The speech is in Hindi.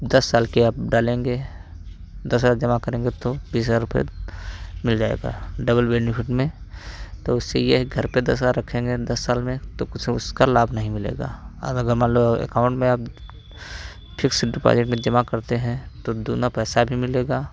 दस साल के आप डालेंगे दूसरा जमा करेंगे तो बीस हज़ार रुपए मिल जाएगा डबल बेनिफिट में तो उससे ये है घर पे दस हज़ार रखेंगे दस साल में तो कुछ उसका लाभ नहीं मिलेगा और अगर मान लो एकाउंट में आप फिक्स डिपोज़िट में जमा करते हैं तो दूना पैसा भी मिलेगा